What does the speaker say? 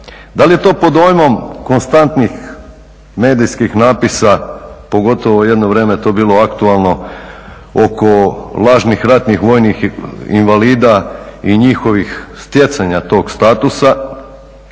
da li je to pod dojmom konstantnih medijskih napisa, pogotovo jedno vrijeme je to bilo aktualno oko lažnih ratnih vojnih invalida i njihovih stjecanja tog statusa